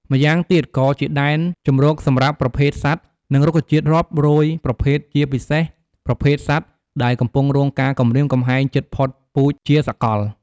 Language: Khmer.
ម្យ៉ាងទៀតក៏ជាដែនជម្រកសម្រាប់ប្រភេទសត្វ និងរុក្ខជាតិរាប់រយប្រភេទជាពិសេសប្រភេទសត្វដែលកំពុងរងការគំរាមកំហែងជិតផុតពូជជាសកល។